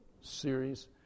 series